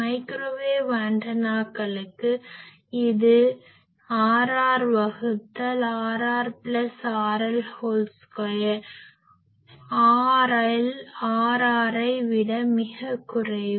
microwave ஆண்டெனாக்களுக்கு இது Rr வகுத்தல் RrRL2 RL Rrஐ விட மிகக் குறைவு